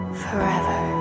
forever